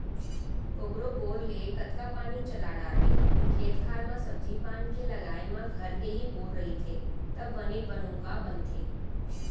कोकरो बोर ले कतका पानी चला डारवे खेत खार म सब्जी पान के लगाए म घर के ही बोर रहिथे त बने बनउका बनथे